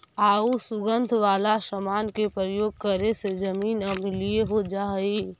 आउ सुगंध वाला समान के प्रयोग करे से जमीन अम्लीय हो जा हई